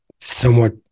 somewhat